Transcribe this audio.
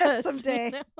Someday